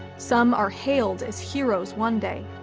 some are hailed as heroes one day,